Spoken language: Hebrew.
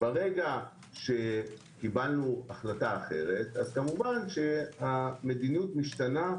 ברגע שקיבלנו החלטה אחרת, המדיניות כמובן משתנה,